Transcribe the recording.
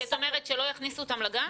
את אומרת לא יכניסו את אותם לגן?